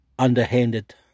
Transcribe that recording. underhanded